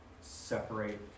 separate